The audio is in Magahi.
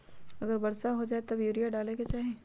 अगर वर्षा हो जाए तब यूरिया डाले के चाहि?